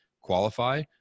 qualify